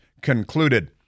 concluded